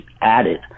added